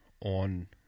on